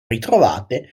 ritrovate